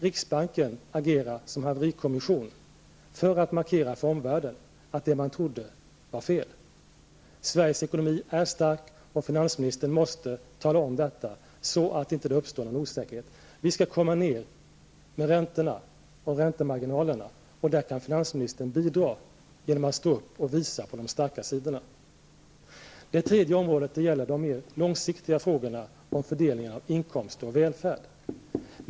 Riksbanken fick agera som haverikommission för att markera för omvärlden att det man trodde var fel. Sveriges ekonomi är stark, och finansministern måste tala om detta så att det inte uppstår någon osäkerhet. Vi skall komma ner med räntorna och räntemarginalerna, och finansministern kan bidra till detta genom att stå upp och visa på de starka sidorna. Det tredje området gäller de mer långsiktiga frågorna, om fördelningen av inkomster och välfärd.